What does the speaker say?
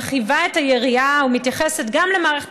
מרחיבה את היריעה ומתייחסת גם למערכת